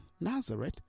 Nazareth